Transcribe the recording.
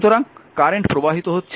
সুতরাং কারেন্ট প্রবাহিত হচ্ছে